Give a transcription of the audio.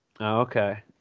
Okay